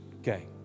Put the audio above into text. Okay